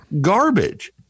Garbage